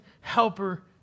helper